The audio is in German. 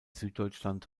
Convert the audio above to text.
süddeutschland